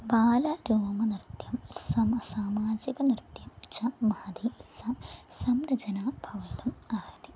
बालरोमनृत्यं सम सामाजिकनृत्यं च महति स संरचना भवितुम् अर्हति